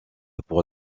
pour